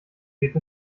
geht